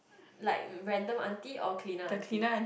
like random Char-Kway-Teow or cleaner Char-Kway-Teow